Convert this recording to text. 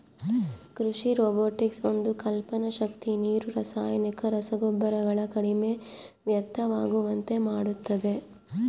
ಕೃಷಿ ರೊಬೊಟಿಕ್ಸ್ ಒಂದು ಕಲ್ಪನೆ ಶಕ್ತಿ ನೀರು ರಾಸಾಯನಿಕ ರಸಗೊಬ್ಬರಗಳು ಕಡಿಮೆ ವ್ಯರ್ಥವಾಗುವಂತೆ ಮಾಡುತ್ತದೆ